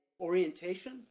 orientation